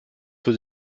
für